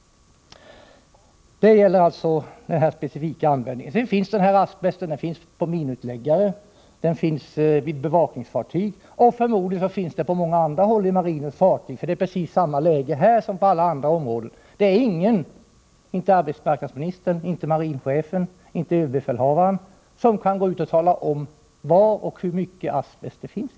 Asbest finns också på minutläggare, på bevakningsfartyg och förmodligen på många andra håll i marinens fartyg. Läget är precis detsamma här som på alla andra områden: det är ingen — inte arbetsmarknadsministern, inte marinchefen och inte ÖB — som kan tala om var det finns asbest i marinens fartyg och hur mycket det finns.